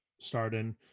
starting